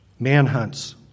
manhunts